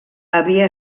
havia